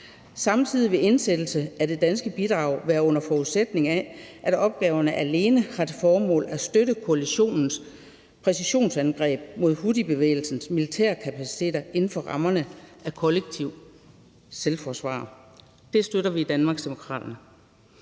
Samtidig vil indsættelse af de danske bidrag ske, under forudsætning af at opgaverne alene har til formål at støtte koalitionens præcisionsangreb mod houthibevægelsens militære kapaciteter inden for rammerne af kollektivt selvforsvar. Det støtter vi i Danmarksdemokraterne.